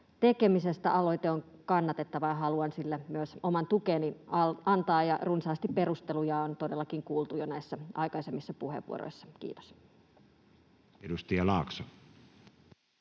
tekemisestä. Aloite on kannatettava, ja haluan sille myös oman tukeni antaa. Runsaasti perusteluja on todellakin kuultu jo aikaisemmissa puheenvuoroissa. — Kiitos. [Speech 13]